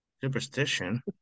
Superstition